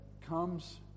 comes